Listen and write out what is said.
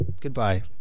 Goodbye